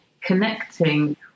connecting